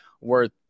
Worth